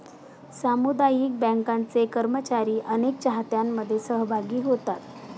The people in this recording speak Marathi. सामुदायिक बँकांचे कर्मचारी अनेक चाहत्यांमध्ये सहभागी होतात